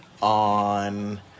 On